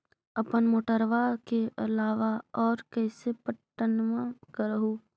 अपने मोटरबा के अलाबा और कैसे पट्टनमा कर हू?